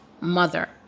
mother